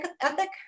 ethic